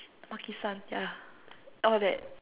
makisan yeah all that